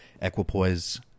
equipoise